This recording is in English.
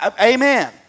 amen